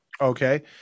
Okay